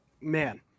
man –